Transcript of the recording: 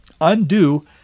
undo